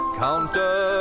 counter